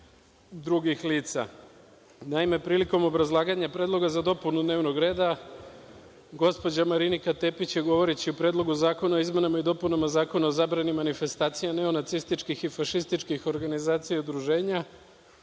drugih lica. Naime, prilikom obrazlaganja predloga za dopunu dnevnog reda, gospođa Marinika Tepić je, govoreći o Predlogu zakona o izmenama i dopunama Zakona o zabrani manifestacije neonacističkih i fašističkih organizacija i udruženja,